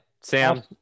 Sam